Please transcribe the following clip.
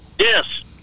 Yes